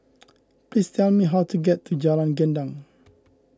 please tell me how to get to Jalan Gendang